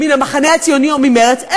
מן המחנה הציוני או ממרצ,